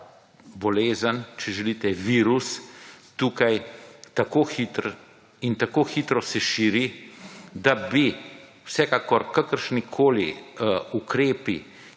bolezen, če želite, virus, tukaj tako hiter in tako hitro se širi, da bi vsekakor kakršnikoli ukrepi,